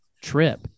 trip